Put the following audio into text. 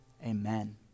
Amen